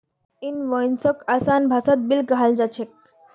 इनवॉइसक आसान भाषात बिल कहाल जा छेक